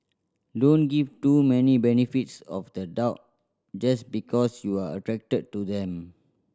don't give too many benefits of the doubt just because you're attracted to them